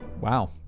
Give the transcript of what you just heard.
Wow